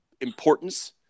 importance